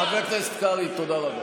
חבר הכנסת קרעי, תודה רבה.